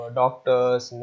doctors